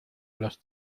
los